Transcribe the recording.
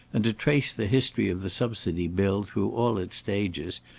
and to trace the history of the subsidy bill through all its stages,